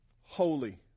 holy